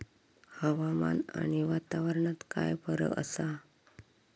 हवामान आणि वातावरणात काय फरक असा?